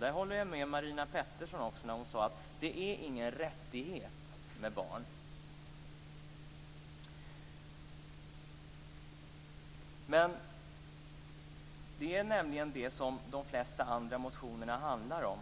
Där håller jag också med Marina Pettersson om att det inte är en rättighet med barn. Detta är också vad de flesta av de andra motionerna handlar om;